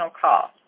call